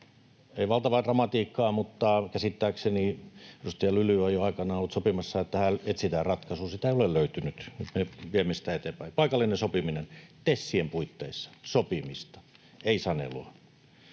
Ei valtavaa dramatiikkaa, mutta käsittääkseni edustaja Lyly on jo aikanaan ollut sopimassa, että tähän etsitään ratkaisu. Sitä ei ole löytynyt, ja nyt me viemme sitä eteenpäin. Paikallinen sopiminen: TESien puitteissa sopimista, ei sanelua.